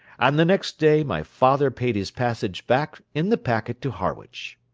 and the next day my father paid his passage back in the packet to harwich.